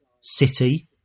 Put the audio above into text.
City